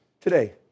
Today